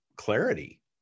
clarity